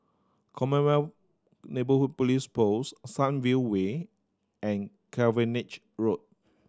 Commonwealth Neighbourhood Police Post Sunview Way and Cavenagh Road